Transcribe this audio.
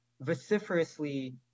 vociferously